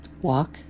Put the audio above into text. Walk